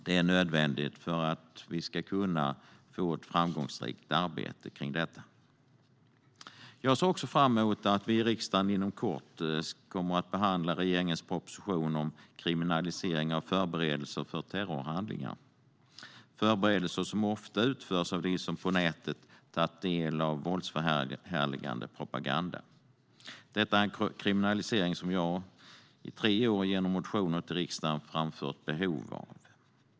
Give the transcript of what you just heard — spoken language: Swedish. Det är nödvändigt för att vi ska få ett framgångsrikt arbete när det gäller detta. Jag ser fram emot att vi i riksdagen inom kort kommer att behandla regeringens proposition om kriminalisering av förberedelser för terrorhandlingar. Det är förberedelser som ofta utförs av dem som på nätet tagit del av våldsförhärligande propaganda. Detta är en kriminalisering som jag i tre år genom motioner till riksdagen har framfört behovet av.